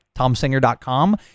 TomSinger.com